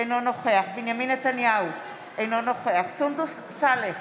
אינו נוכח בנימין נתניהו, אינו נוכח סונדוס סאלח,